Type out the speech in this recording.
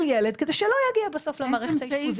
הילד כדי שלא יגיע בסוף למערכת האשפוזית.